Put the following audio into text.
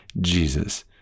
Jesus